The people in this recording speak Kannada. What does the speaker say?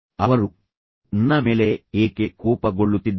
ಅವರು ನನ್ನ ಮೇಲೆ ಏಕೆ ಕೋಪಗೊಳ್ಳುತ್ತಿದ್ದಾರೆ